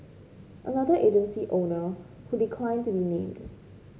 another agency owner who declined to be named